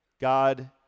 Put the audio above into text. God